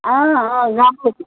آ آ گملہٕ تہِ